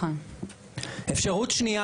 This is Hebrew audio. אפשרות שנייה,